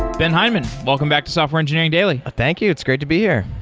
ben hindman. welcome back to software engineering daily thank you. it's great to be here.